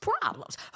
problems